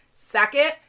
Second